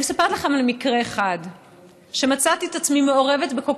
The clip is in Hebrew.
אני מספרת לכם על מקרה אחד שמצאתי את עצמי מעורבת בכל